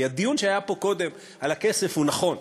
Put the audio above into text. כי הדיון שהיה פה קודם על הכסף הוא נכון,